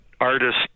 artist